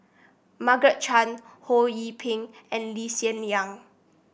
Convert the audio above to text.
Mmargaret Chan Ho Yee Ping and Lee Hsien Yang